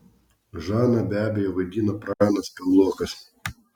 žaną be abejo vaidino pranas piaulokas